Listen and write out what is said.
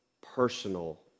personal